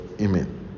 Amen